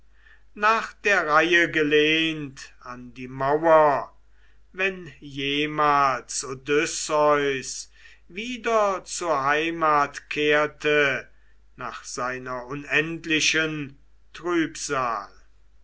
nach der reihe gelehnt an die mauer wenn jemals odysseus wieder zur heimat kehrte nach seiner unendlichen trübsal